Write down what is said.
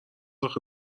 آخه